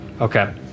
Okay